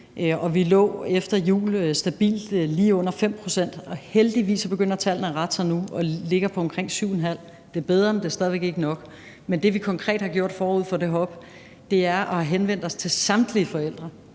Vi lå efter jul stabilt lige under 5 pct., og heldigvis begynder tallene at rette sig nu og ligger på omkring 7,5 pct. Det er bedre, men det er stadig væk ikke nok. Det, vi konkret har gjort forud for det her, er, at vi har henvendt os til samtlige forældre.